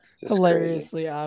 hilariously